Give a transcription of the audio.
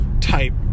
type